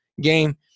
game